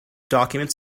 documents